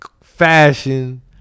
fashion